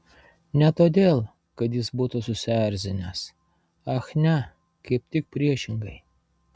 ne todėl kad jis būtų susierzinęs ach ne kaip tik priešingai